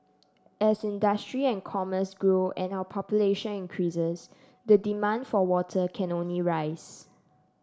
as industry and commerce grow and our population increases the demand for water can only rise